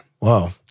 Wow